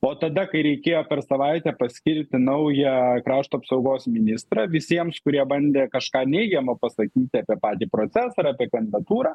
o tada kai reikėjo per savaitę paskirti naują krašto apsaugos ministrą visiems kurie bandė kažką neigiamo pasakyti apie patį procesą ar apie kandidatūrą